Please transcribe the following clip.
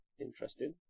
Interesting